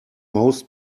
most